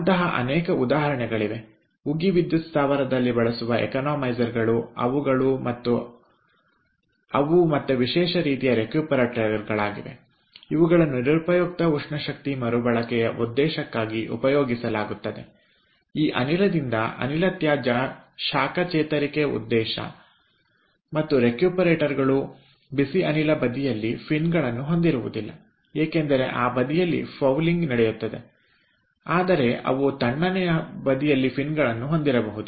ಅಂತಹ ಅನೇಕ ಉದಾಹರಣೆಗಳಿವೆ ಉಗಿ ವಿದ್ಯುತ್ ಸ್ಥಾವರದಲ್ಲಿ ಬಳಸುವ ಎಕಾನಮೈಸರ್ ಗಳು ಅವುಗಳು ಅವು ಮತ್ತೆ ವಿಶೇಷ ರೀತಿಯ ರೆಕ್ಯೂಪರೇಟರ್ಗಳಾಗಿವೆ ಇವುಗಳನ್ನು ನಿರುಪಯುಕ್ತ ಉಷ್ಣ ಶಕ್ತಿಯ ಮರುಬಳಕೆಯ ಉದ್ದೇಶಕ್ಕಾಗಿ ಉಪಯೋಗಿಸಲಾಗುತ್ತದೆ ಈ ಅನಿಲದಿಂದ ಅನಿಲ ತ್ಯಾಜ್ಯ ಶಾಖ ಚೇತರಿಕೆ ಉದ್ದೇಶ ಪೂರ್ಣವಾಗುತ್ತಿದೆ ಮತ್ತು ರೆಕ್ಯೂಪರೇಟರ್ಗಳು ಬಿಸಿ ಅನಿಲ ಬದಿಯಲ್ಲಿ ಫಿನ್ ಗಳನ್ನು ಹೊಂದಿರುವುದಿಲ್ಲ ಏಕೆಂದರೆ ಆ ಬದಿಯಲ್ಲಿ ಫೌಲಿಂಗ್ ನಡೆಯುತ್ತದೆ ಆದರೆ ಅವು ತಣ್ಣನೆಯ ಬದಿಯಲ್ಲಿ ಫಿನ್ಗಳನ್ನು ಹೊಂದಿರಬಹುದು